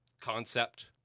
concept